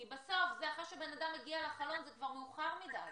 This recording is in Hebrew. כי כשאדם מגיע כבר לחלון זה כבר מאוחר מדי,